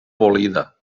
polida